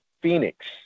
Phoenix